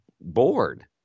bored